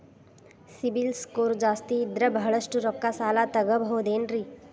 CIBIL score ಜಾಸ್ತಿ ಇದ್ರ ಬಹಳಷ್ಟು ರೊಕ್ಕ ಸಾಲ ತಗೋಬಹುದು ಏನ್ರಿ?